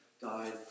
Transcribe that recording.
died